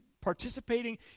participating